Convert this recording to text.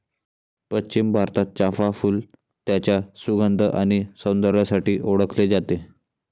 पश्चिम भारतात, चाफ़ा फूल त्याच्या सुगंध आणि सौंदर्यासाठी ओळखले जाते